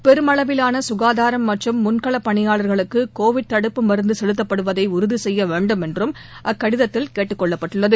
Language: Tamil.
பெருமளவிலான சுகாதாரம் மற்றும் முன்களப் பணியாளர்களுக்கு கோவிட் தடுப்பு மருந்து செலுத்தப்படுவதை உறுதி செய்ய வேண்டும் என்றும் அக்கடிதத்தில் கேட்டுக்கொள்ளப்பட்டுள்ளது